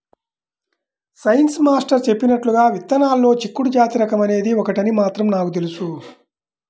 science master చెప్పినట్లుగా విత్తనాల్లో చిక్కుడు జాతి రకం అనేది ఒకటని మాత్రం నాకు తెలుసు